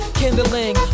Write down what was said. kindling